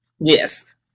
Yes